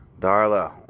darla